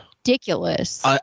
ridiculous